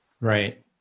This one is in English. Right